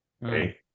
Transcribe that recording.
right